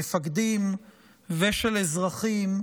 מפקדים ושל אזרחים,